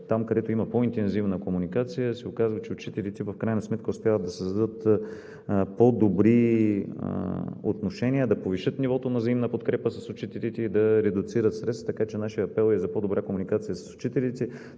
там, където има по-интензивна комуникация, се оказва, че учителите в крайна сметка успяват да създадат по-добри отношения, да повишат нивото на взаимна подкрепа с учителите и да редуцират средства. Така че нашият апел е за по-добра комуникация с учителите.